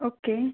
okay